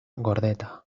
gordeta